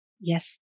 Yes